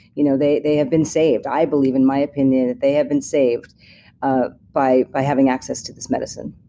you know they they have been saved. i believe, in my opinion, that they have been saved ah by by having access to this medicine